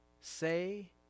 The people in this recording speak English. say